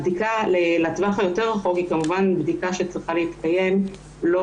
הבדיקה לטווח הרחוק יותר היא כמובן בדיקה שצריכה להתקיים לא